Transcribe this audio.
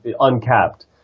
uncapped